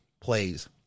plays